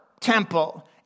temple